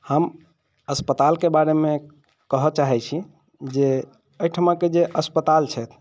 हम अस्पतालके बारेमे कहऽ चाहैत छी जे एहिठमाके जे अस्पताल छै